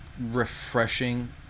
refreshing